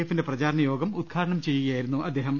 എഫിന്റെ പ്രചാ രണ യോഗം ഉദ്ഘാടനം ചെയ്യുകയായിരുന്നു അദ്ദേഹം